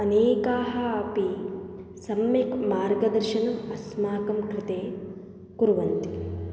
अनेकाः अपि सम्यक् मार्गदर्शनम् अस्माकं कृते कुर्वन्ति